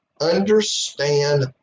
understand